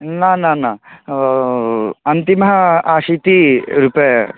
न न न अन्तिमः अशीतिः रुपे